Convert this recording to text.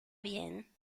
bien